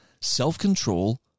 self-control